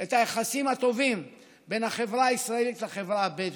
את היחסים הטובים בין החברה הישראלית לחברה הבדואית.